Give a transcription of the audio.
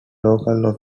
local